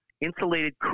insulated